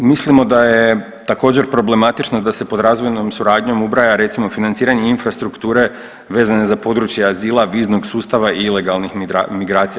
Mislimo da je također problematično da se pod razvojnom suradnjom ubraja recimo financiranje infrastrukture vezane za područje azila, viznog sustava i ilegalnih migracija.